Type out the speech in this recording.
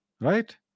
right